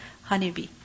honeybee